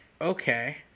Okay